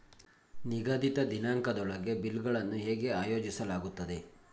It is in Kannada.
ನಿಗದಿತ ದಿನಾಂಕದೊಳಗೆ ಬಿಲ್ ಗಳನ್ನು ಹೇಗೆ ಆಯೋಜಿಸಲಾಗುತ್ತದೆ?